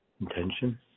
intention